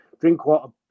Drinkwater